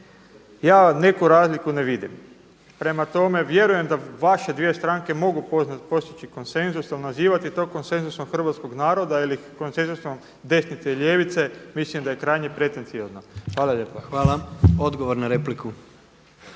Ja neku razliku ne vidim. Prema tome, vjerujem da vaše dvije stranke mogu postići konsenzus. Ali nazivati to konsenzusom hrvatskog naroda ili konsenzusom desnice i ljevice mislim da je krajnje pretenciozno. Hvala lijepa. **Jandroković,